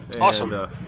Awesome